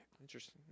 Interesting